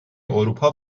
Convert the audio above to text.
اروپا